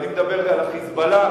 ואני מדבר על ה"חיזבאללה",